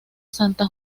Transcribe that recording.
santa